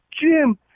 Jim